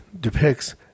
depicts